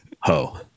ho